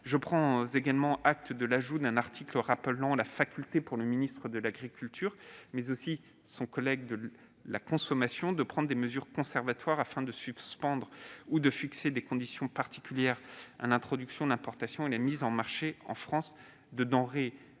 Je prends également acte de l'ajout d'un article rappelant la faculté pour le ministre de l'agriculture, mais aussi pour son collègue de la consommation, de prendre des mesures conservatoires afin de suspendre l'introduction, l'importation et la mise en marché en France de denrées